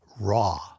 raw